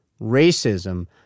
Racism